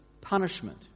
punishment